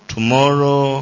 Tomorrow